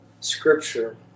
Scripture